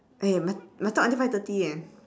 okay must must talk until five thirty